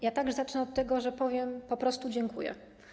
Ja także zacznę od tego, że powiem po prostu: dziękuję.